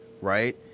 right